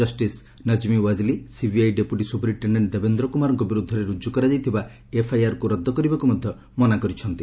justice Najmi Waziri CBI deputy superintendent Devendra କୁମାରଙ୍କ ବିରୁଦ୍ଧରେ ରୁକ୍ କରାଯାଇଥିବା ଏଫ୍ଆଇଆର୍କୁ ରଦ୍ଦ କରିବାକୁ ମଧ୍ୟ ମନା କରିଛନ୍ତି